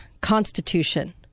Constitution